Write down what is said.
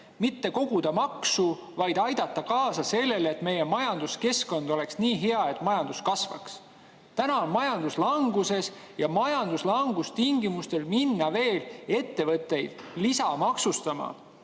mitte koguda maksu, vaid aidata kaasa sellele, et meie majanduskeskkond oleks nii hea, et majandus kasvaks. Täna on majandus languses ja majanduslanguse tingimustes minna veel ettevõtteid lisamaksustama,